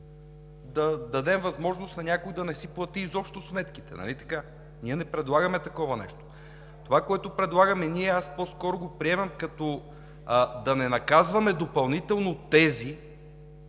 да дадем възможност на някой да не си плати изобщо сметките. Нали така? Ние не предлагаме такова нещо. Това, което предлагаме ние, аз по-скоро го приемам като да не наказваме допълнително тези,